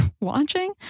watching